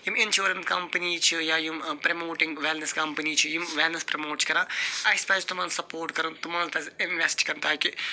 یِم insurance company چھِ یا یِم پرٛٮ۪موٹِنٛگ وٮ۪لنٮ۪س کمپٔنی چھِ یِم وٮ۪لنٮ۪س پرٛٮ۪موٹ چھِ کَران اَسہِ پَزِ تِمن سپوٹ کَرُن تِمن پَزِ اِنوٮ۪سٹ کَرُن تاکہِ